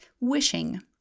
wishing